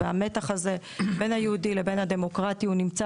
והמתח הזה בין היהודי לבין הדמוקרטי הוא נמצא